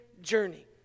journey